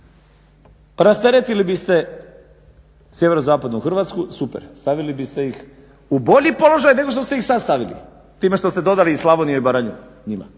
rasteretili biste sjeverozapadnu Hrvatsku super, stavili biste ih u bolji položaj nego što ste ih sada stavili, time što ste dodali Slavoniju i Baranju njima